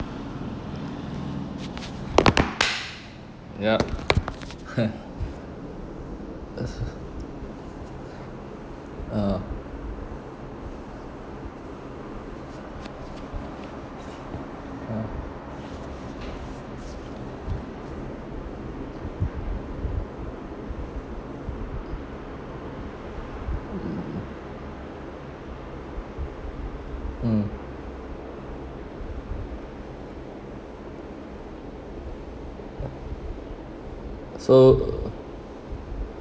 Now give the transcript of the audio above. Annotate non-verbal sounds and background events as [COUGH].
yup [LAUGHS] uh uh mm so